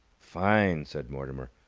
fine! said mortimer.